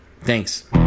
Thanks